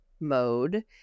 mode